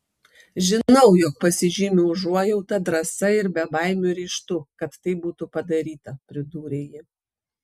žinau jog pasižymiu užuojauta drąsa ir bebaimiu ryžtu kad tai būtų padaryta pridūrė ji